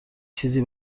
چیزی